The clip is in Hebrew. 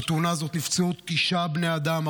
ובתאונה הזאת נפצעו תשעה בני אדם,